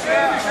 אין לך אנשים?